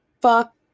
fuck